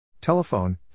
Telephone